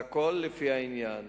הכול לפי העניין.